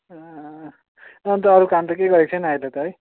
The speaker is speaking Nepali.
अन्त अरू काम त केही गरेको छैन अहिले त है